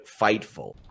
FIGHTFUL